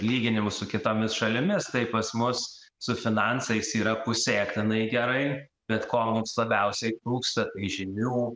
lyginimus su kitomis šalimis tai pas mus su finansais yra pusėtinai gerai bet ko mums labiausiai trūksta tai žinių